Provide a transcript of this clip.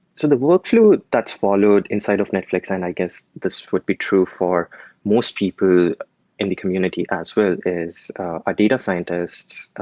so the workflow that's followed inside of netflix, and i guess this would be true for most in the community as well, is our data scientists,